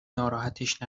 ناراحتش